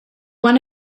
one